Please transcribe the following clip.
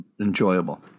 enjoyable